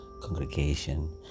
congregation